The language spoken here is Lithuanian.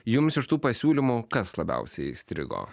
jums iš tų pasiūlymų kas labiausiai įstrigo